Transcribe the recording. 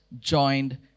joined